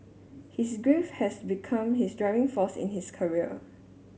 his grief has become his driving force in his career